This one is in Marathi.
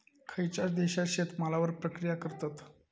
खयच्या देशात शेतमालावर प्रक्रिया करतत?